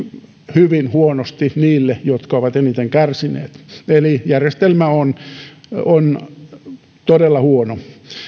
hyvin huonosti niille jotka ovat eniten kärsineet eli järjestelmä on on todella huono